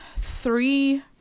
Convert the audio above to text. three